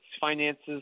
finances